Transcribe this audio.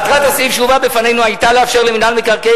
מטרת הסעיף שהובא בפנינו היתה לאפשר למינהל מקרקעי